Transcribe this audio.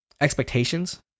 Expectations